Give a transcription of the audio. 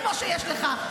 כמו שיש לך.